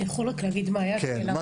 אתה רק יכול לספר מה קרה?